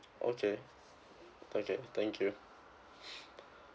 okay okay thank you